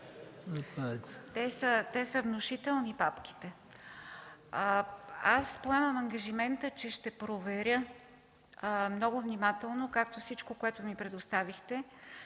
са внушителни. Аз поемам ангажимента, че ще проверя много внимателно, както всичко, което ми предоставихте,